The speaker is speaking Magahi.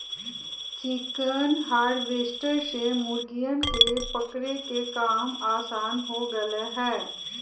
चिकन हार्वेस्टर से मुर्गियन के पकड़े के काम आसान हो गैले है